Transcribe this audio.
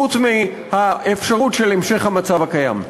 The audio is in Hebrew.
חוץ מהאפשרות של המשך המצב הקיים.